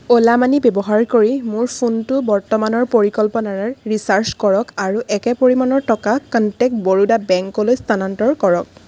Ola money ব্যৱহাৰ কৰি মোৰ ফোনটো বৰ্তমানৰ পৰিকল্পনাৰাৰ ৰিচাৰ্জ কৰক আৰু একে পৰিমাণৰ টকা কনটেক্ট বৰোদা বেংকলৈ স্থানান্তৰ কৰক